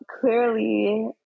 clearly